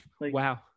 Wow